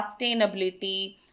sustainability